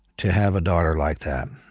to have a daughter like that.